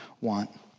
want